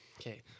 Okay